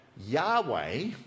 Yahweh